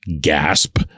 gasp